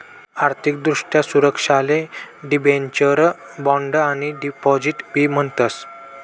आर्थिक दृष्ट्या सुरक्षाले डिबेंचर, बॉण्ड आणि डिपॉझिट बी म्हणतस